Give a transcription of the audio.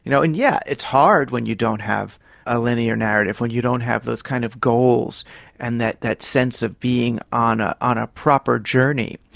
you know and yes, yeah it's hard when you don't have a linear narrative, when you don't have those kind of goals and that that sense of being on ah on a proper journey,